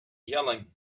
yelling